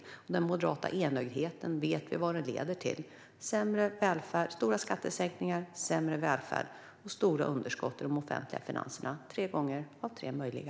Vi vet vad den moderata enögdheten leder till, nämligen stora skattesänkningar, sämre välfärd och stora underskott i de offentliga finanserna - tre gånger av tre möjliga.